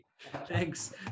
Thanks